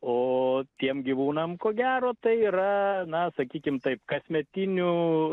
o tiem gyvūnam ko gero tai yra na sakykim taip kasmetinių